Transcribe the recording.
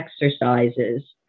exercises